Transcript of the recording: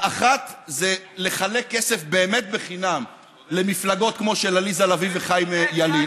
האחת זה לחלק כסף באמת חינם למפלגות כמו של עליזה לביא וחיים ילין.